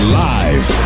live